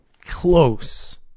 Close